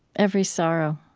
every sorrow.